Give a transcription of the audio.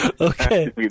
Okay